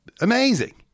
amazing